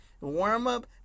warm-up